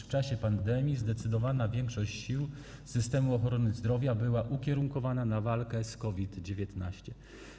W czasie pandemii zdecydowana większość sił systemu ochrony zdrowia była ukierunkowana na walkę z COVID-19.